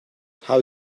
how